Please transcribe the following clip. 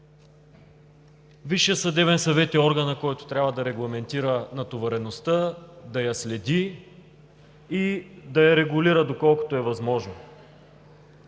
Висшият съдебен съвет е органът, който трябва да регламентира натовареността, да я следи и да я регулира, доколкото е възможно.